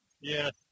Yes